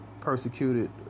persecuted